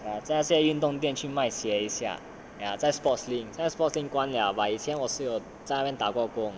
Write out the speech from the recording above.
ah ya 在现在运动店去卖鞋一下 ya 在 sportslink 现在 sportslink 关 liao but 以前我是有在那边打过工